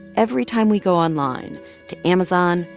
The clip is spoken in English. every time we go online to amazon,